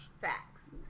Facts